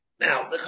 Now